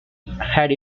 had